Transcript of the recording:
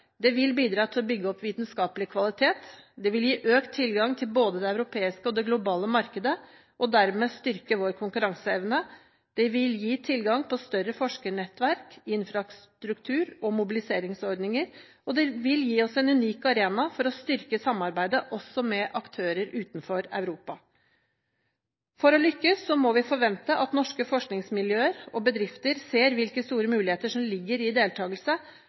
Det vil bidra til å bygge opp vitenskapelig kvalitet. Det vil gi økt tilgang til både det europeiske og det globale markedet og dermed styrke vår konkurranseevne. Det vil gi tilgang på større forskernettverk, infrastruktur og mobiliseringsordninger. Det vil gi oss en unik arena for å styrke samarbeidet også med aktører utenfor Europa. For å lykkes må vi forvente at norske forskningsmiljøer og bedrifter ser hvilke store muligheter som ligger i deltakelse,